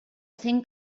cent